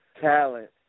talent